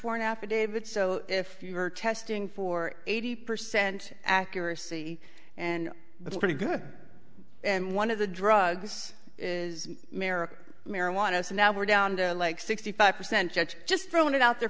warrant affidavit so if you are testing for eighty percent accuracy and that's pretty good and one of the drugs is america marijuana so now we're down to like sixty five percent judge just thrown it out the